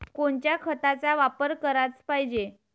कोनच्या खताचा वापर कराच पायजे?